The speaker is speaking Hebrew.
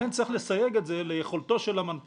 לכן, צריך לסייג את זה ליכולתו של המנפיק